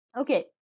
Okay